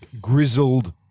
grizzled